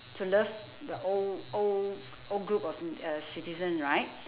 to love the old old old group of uh citizens right